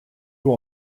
will